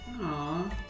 Aww